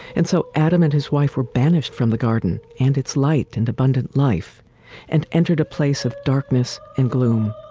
and so adam and his wife were banished from the garden and its light and abundant life and entered a place of darkness and gloom.